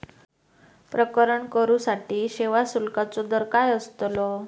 प्रकरण करूसाठी सेवा शुल्काचो दर काय अस्तलो?